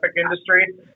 industry